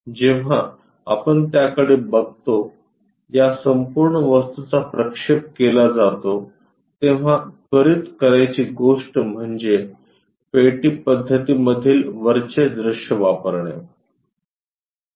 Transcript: जेव्हा आपण त्या कडे बघतो या संपूर्ण वस्तूचा प्रक्षेप केला जातो तेव्हा त्वरित करायची गोष्ट म्हणजे पेटी पद्धती मधील वरचे दृश्य वापरणे